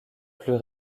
plus